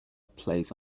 plays